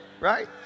right